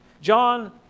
John